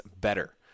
better